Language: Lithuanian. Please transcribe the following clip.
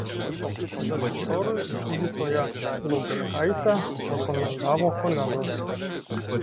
daščiorui gydytoją laučkaitę rekomendavo kolegos